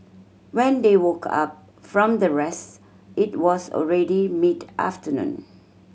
when they woke up from their rest it was already mid afternoon